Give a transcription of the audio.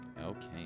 Okay